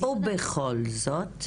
ובכל זאת?